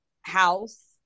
house